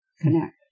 connect